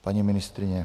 Paní ministryně.